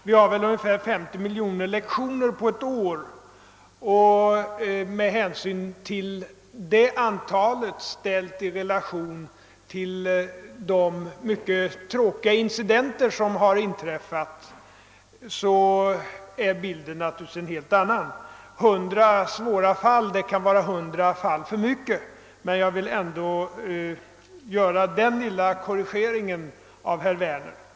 Det hålls väl ungefär 50 miljoner lektioner under ett år i vårt land, och om de mycket tråkiga incidenter som inträffat ställs i relation till detta antal lektioner, så blir bilden en helt annan. Hundra svåra fall kan vara hundra fall för mycket, men jag vill ändå göra denna lilla korrigering av herr Werners inlägg.